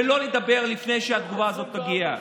ולא לדבר לפני שהתגובה הזאת תגיע.